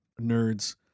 nerds